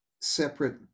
separate